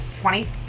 twenty